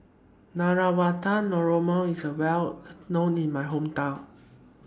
Navratan Korma IS Well known in My Hometown